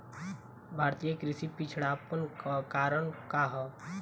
भारतीय कृषि क पिछड़ापन क कारण का ह?